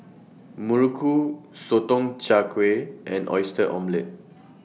Muruku Sotong Char Kway and Oyster Omelette